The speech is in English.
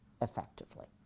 effectively